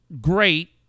great